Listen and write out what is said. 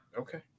Okay